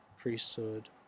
priesthood